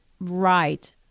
Right